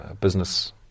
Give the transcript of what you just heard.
business